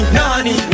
nani